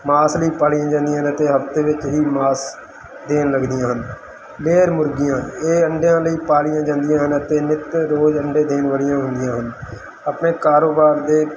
ਮਾਸ ਲਈ ਪਾਲੀਆ ਜਾਂਦੀਆਂ ਨੇ ਅਤੇ ਹਫਤੇ ਵਿੱਚ ਹੀ ਮਾਸ ਦੇਣ ਲੱਗਦੀਆਂ ਹਨ ਲੇਅਰ ਮੁਰਗੀਆਂ ਇਹ ਅੰਡਿਆਂ ਲਈ ਪਾਲੀਆਂ ਜਾਂਦੀਆਂ ਹਨ ਅਤੇ ਨਿੱਤ ਰੋਜ਼ ਅੰਡੇ ਦੇਣ ਵਾਲੀਆਂ ਹੁੰਦੀਆਂ ਹਨ ਆਪਣੇ ਕਾਰੋਬਾਰ ਦੇ